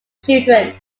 children